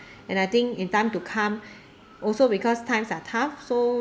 and I think in time to come also because times are tough so